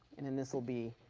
and and this will be